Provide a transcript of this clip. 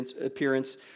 appearance